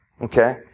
Okay